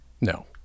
no